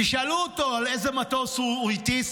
תשאלו אותו איזה מטוס הוא הטיס,